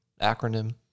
acronym